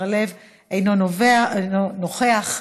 אינו נוכח,